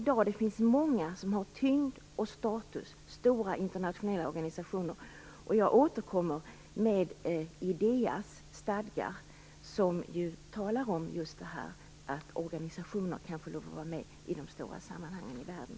Det finns i dag många stora internationella organisationer som har tyngd och status. Jag återkommer till Ideas stadgar, där det talas om att organisationer skall vara med i de stora sammanhangen i världen.